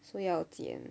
所以要剪